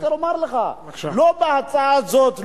לא בהצעה הזאת,